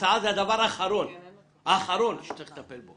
הסעה זה הדבר האחרון שצריך לטפל בו .